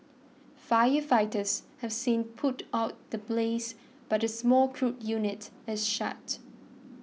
firefighters have since put out the blaze but the small crude unit is shut